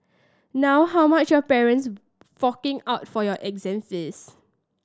now how much your parents forking out for your exam fees